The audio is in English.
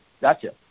Gotcha